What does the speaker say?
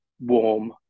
warm